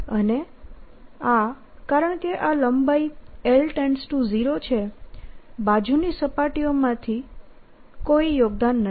અને આ કારણકે આ લંબાઈ l0 છે બાજુની સપાટીઓમાંથી કોઈ યોગદાન નથી